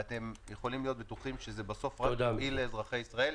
ואתם יכולים להיות בטוחים שזה בסוף רק יועיל לאזרחי ישראל.